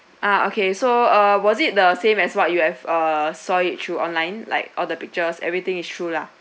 ah okay so uh was it the same as what you have uh saw it through online like all the pictures everything is true lah